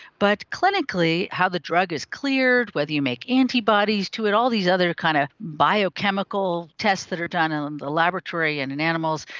but clinically how the drug is cleared, whether you make antibodies to it, all these other kind of biochemical tests that are done in um the laboratory and in animals,